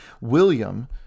William